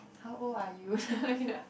how old are you